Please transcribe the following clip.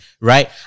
right